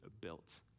built